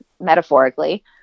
metaphorically